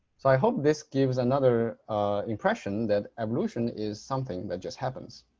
so i hope this gives another impression that evolution is something that just happens